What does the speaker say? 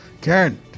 karen